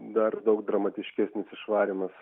dar daug dramatiškesnis išvarymas